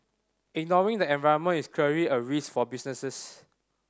ignoring the environment is clearly a risk for businesses